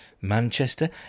Manchester